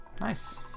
Nice